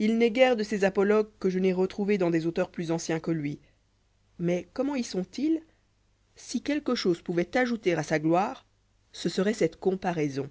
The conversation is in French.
ii n'est guère de ses apologues que je n'aie retrouvés dans des auteurs plus anciens ïrue lui mais comment y sont-ils si quelque chose pouvoit ajouter à sa gloire ce seroit cette comparaison